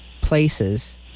places